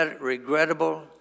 regrettable